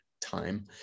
time